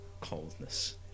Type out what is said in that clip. Coldness